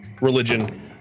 religion